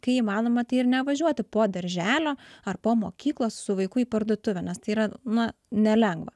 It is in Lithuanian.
kai įmanoma tai ir nevažiuoti po darželio ar po mokyklos su vaiku į parduotuvę nes tai yra na nelengva